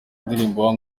ndirimbo